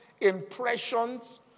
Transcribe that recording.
impressions